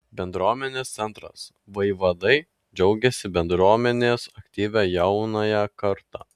bendruomenės centras vaivadai džiaugiasi bendruomenės aktyvia jaunąja karta